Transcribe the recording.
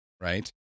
right